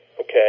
okay